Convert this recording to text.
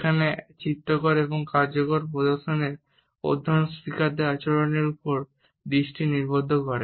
যেখানে চিত্রকর এবং কার্যকর প্রদর্শনের অধ্যয়ন স্পিকারদের আচরণের উপর দৃষ্টি নিবদ্ধ করে